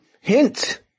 hint